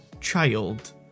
child